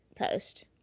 post